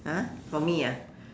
!huh! for me ah